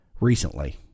recently